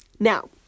Now